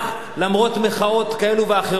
למרות מחאות כאלה ואחרות,